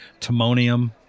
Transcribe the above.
timonium